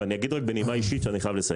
אני אומר רק בנימה אישית ואני מסיים.